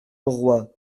auroi